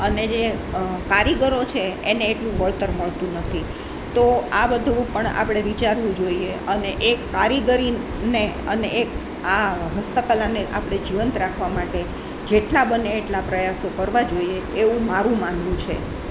અને જે કારીગરો છે એને એટલું વળતર મળતું નથી તો આ બધું પણ આપણે વિચારવું જોઈએ અને એ કારીગરીને અને એ આ હસ્તકલાને આપણે જીવંત રાખવા માટે જેટલા બને એટલા પ્રયાસો કરવા જોઈએ એવું મારું માનવું છે